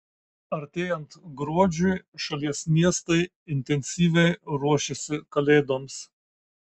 artėjant gruodžiui šalies miestai intensyviai ruošiasi kalėdoms